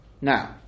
Now